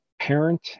parent